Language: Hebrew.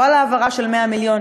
פה על העברה של 100 מיליון.